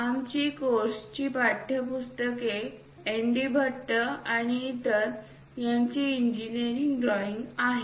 आमची कोर्सची पाठ्यपुस्तके एनडी भट्ट आणि इतर यांची इंजीनियरिंग ड्रॉईंग आहेत